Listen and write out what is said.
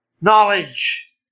knowledge